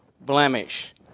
blemish